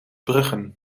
bruggen